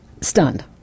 Stunned